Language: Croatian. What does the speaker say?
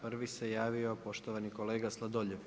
Prvi se javio poštovani kolega Sladoljev.